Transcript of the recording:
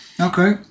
Okay